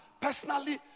personally